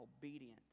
obedient